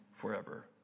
forever